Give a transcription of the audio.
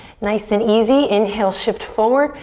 nice and easy. inhale, shift forward.